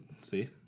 See